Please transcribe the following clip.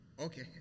Okay